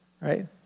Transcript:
right